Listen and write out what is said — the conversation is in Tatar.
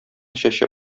чәче